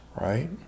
right